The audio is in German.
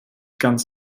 ganz